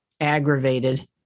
aggravated